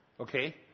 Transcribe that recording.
Okay